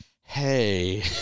hey